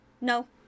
No